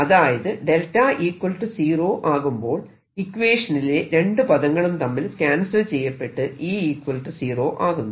അതായത് 𝛿 0 ആകുമ്പോൾ ഇക്വേഷനിലെ രണ്ടു പദങ്ങളും തമ്മിൽ ക്യാൻസൽ ചെയ്യപ്പെട്ട് E 0 ആകുന്നു